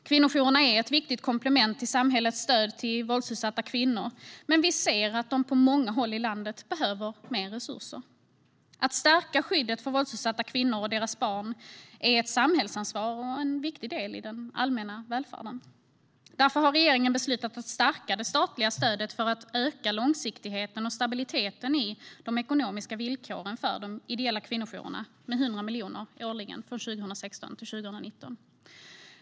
Kvinnojourerna är ett viktigt komplement till samhällets stöd till våldsutsatta kvinnor. Men vi ser att de på många håll i landet behöver mer resurser. Att stärka skyddet för våldsutsatta kvinnor och deras barn är ett samhällsansvar och en viktig del av den allmänna välfärden. Därför har regeringen beslutat att stärka det statliga stödet med 100 miljoner årligen för perioden 2016-2019 för att öka långsiktigheten och stabiliteten i de ekonomiska villkoren för de ideella kvinnojourerna.